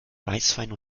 weißwein